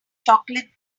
chocolate